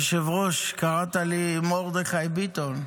היושב-ראש, קראת לי מרדכי ביטון.